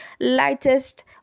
lightest